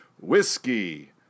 Whiskey